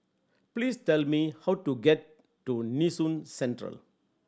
please tell me how to get to Nee Soon Central